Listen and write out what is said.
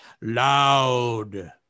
loud